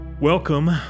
Welcome